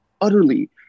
utterly